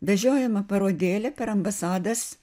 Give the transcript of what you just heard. vežiojama parodėlė per ambasadas